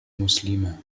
muslime